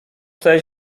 chce